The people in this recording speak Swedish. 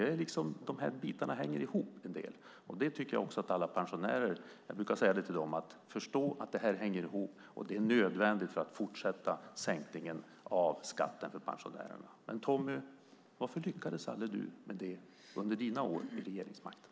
Dessa bitar hänger ihop. Det brukar jag också säga till pensionärer. Man måste förstå att dessa saker hänger ihop, och de är nödvändiga för att fortsätta sänkningen av skatten för pensionärerna. Men Tommy, varför lyckades aldrig du med det under dina år vid regeringsmakten?